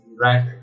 right